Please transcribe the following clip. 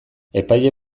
epaile